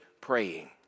praying